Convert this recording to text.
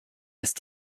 ist